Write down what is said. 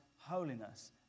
holiness